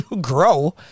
Grow